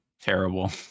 Terrible